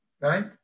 Right